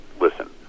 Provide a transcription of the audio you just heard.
listen